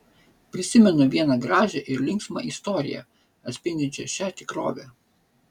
prisimenu vieną gražią ir linksmą istoriją atspindinčią šią tikrovę